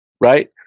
right